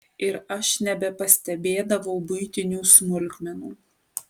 ir aš nebepastebėdavau buitinių smulkmenų